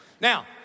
Now